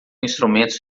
instrumentos